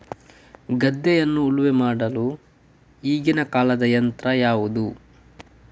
ಗದ್ದೆಯನ್ನು ಉಳುಮೆ ಮಾಡಲು ಈಗಿನ ಕಾಲದ ಯಂತ್ರ ಯಾವುದು?